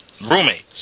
roommates